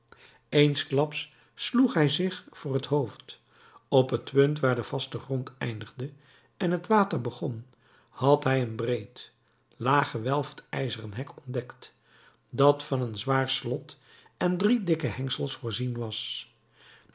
eensklaps sloeg hij zich voor het hoofd op het punt waar de vaste grond eindigde en het water begon had hij een breed laag gewelfd ijzeren hek ontdekt dat van een zwaar slot en drie dikke hengsels voorzien was